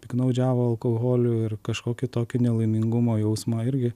piktnaudžiavo alkoholiu ir kažkokį tokį nelaimingumo jausmą irgi